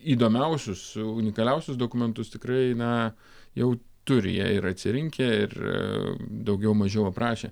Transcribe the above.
įdomiausius unikaliausius dokumentus tikrai na jau turi jie ir atsirinkę ir daugiau mažiau aprašę